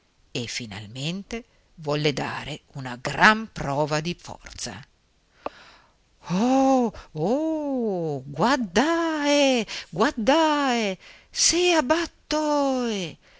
e finalmente volle dare una gran prova di forza oh oh guaddae guaddae sea battoe